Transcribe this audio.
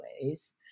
ways